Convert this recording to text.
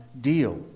deal